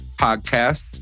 podcast